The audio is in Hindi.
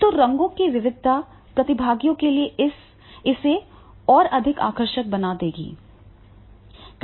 तो रंगों की विविधता प्रतिभागियों के लिए इसे और अधिक आकर्षक बना देगी